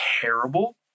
terrible